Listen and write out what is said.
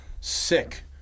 Sick